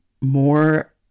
more